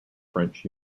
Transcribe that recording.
french